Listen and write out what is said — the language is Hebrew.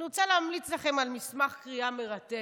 אני רוצה להמליץ לכם על מסמך קריאה מרתק.